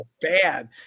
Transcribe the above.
bad